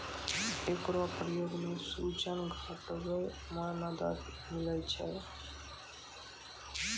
एकरो प्रयोग सें सूजन घटावै म मदद मिलै छै